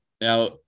Now